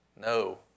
No